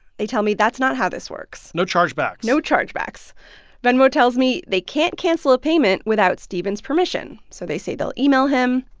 they tell me that's not how this works no chargebacks no chargebacks venmo tells me they can't cancel a payment without stephen's permission, so they say they'll email him.